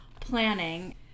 planning